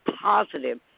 positive